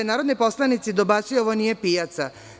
Narodni poslanici dobacuju da ovo nije pijaca.